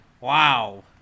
Wow